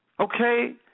Okay